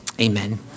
amen